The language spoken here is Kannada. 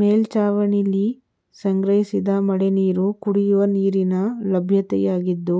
ಮೇಲ್ಛಾವಣಿಲಿ ಸಂಗ್ರಹಿಸಿದ ಮಳೆನೀರು ಕುಡಿಯುವ ನೀರಿನ ಲಭ್ಯತೆಯಾಗಿದ್ದು